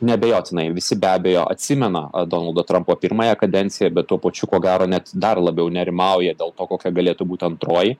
neabejotinai visi be abejo atsimena donaldo trampo pirmąją kadenciją bet tuo pačiu ko gero net dar labiau nerimauja dėl to kokia galėtų būti antroji